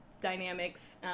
dynamics